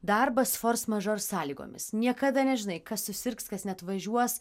darbas fors mažor sąlygomis niekada nežinai kas susirgs kas neatvažiuos